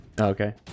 Okay